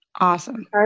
Awesome